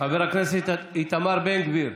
חבר הכנסת איתמר בן גביר,